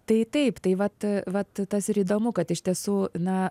tai taip tai vat vat tas ir įdomu kad iš tiesų na